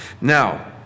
now